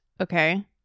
Okay